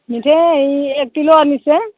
মিঠৈ হেৰি এক কিলো আনিছে